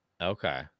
Okay